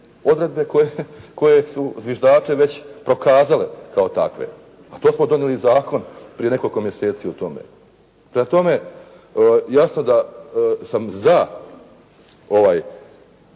odredbe koje su zviždače već prokazale kao takve. To smo donijeli Zakon prije nekoliko mjeseci o tome. Prema tome jasno da sam za ovaj